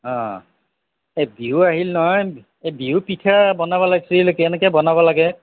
অঁ এই বিহু আহিল নহয় এই বিহু পিঠা বনাব লাগিছিল কেনেকৈ বনাব লাগে